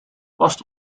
past